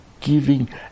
giving